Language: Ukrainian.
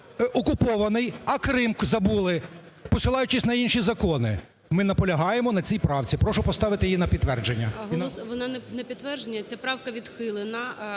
окупований, а Крим забули, посилаючись на інші закони. Ми наполягаємо на цій правці. Прошу поставити її на підтвердження. ГОЛОВУЮЧИЙ. Вона не підтверджена. Ця правка відхилена.